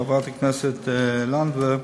חברת הכנסת לנדבר,